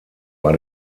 war